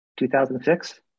2006